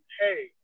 hey